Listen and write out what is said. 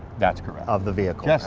that's correct. of the vehicle.